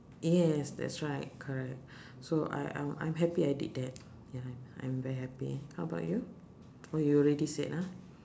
yes that's right correct so I I'm I'm happy I did that ya I'm very happy how about you oh you already said ah